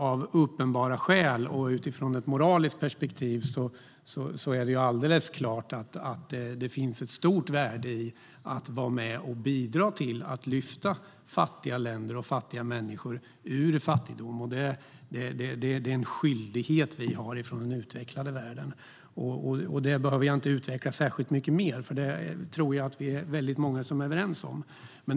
Av uppenbara skäl och utifrån ett moraliskt perspektiv är det alldeles klart att det finns ett stort värde i att bidra till att lyfta fattiga länder och fattiga människor ur fattigdom. Det är en skyldighet som vi i den utvecklade världen har. Det behöver jag inte utveckla särskilt mycket mer, för jag tror att vi är många som är överens om det.